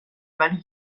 ولی